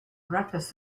breakfast